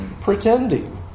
Pretending